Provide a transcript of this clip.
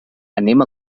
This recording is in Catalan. anem